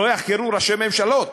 לא יחקרו ראשי ממשלות,